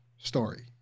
story